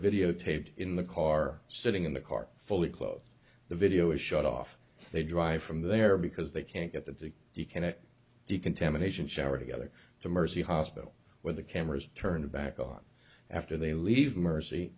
videotaped in the car sitting in the car fully clothed the video is shut off they drive from there because they can't get the deacon to decontamination shower together to mercy hospital where the cameras are turned back on after they leave mercy